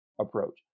approach